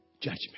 judgment